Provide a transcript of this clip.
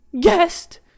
Guest